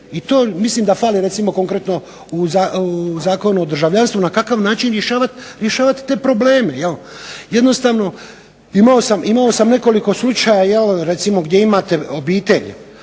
i to mislim da fali recimo konkretno u Zakonu o državljanstvu, na kakav način rješavati te probleme. Jednostavno imao sam nekoliko slučajeva, je li recimo gdje imate obitelji.